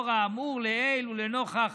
לאור האמור לעיל, ולנוכח